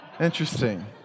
Interesting